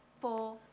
four